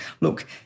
look